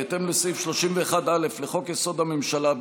בהתאם לסעיף 31(א) לחוק-יסוד: הממשלה,